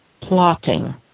plotting